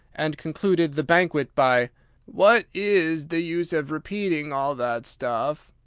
and concluded the banquet by what is the use of repeating all that stuff,